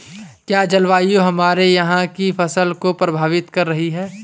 क्या जलवायु हमारे यहाँ की फसल को प्रभावित कर रही है?